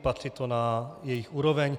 Patří to na jejich úroveň.